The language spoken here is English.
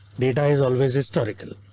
data is always historical.